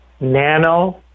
nano